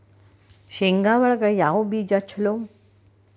ಶೇಂಗಾ ಒಳಗ ಯಾವ ಬೇಜ ಛಲೋ?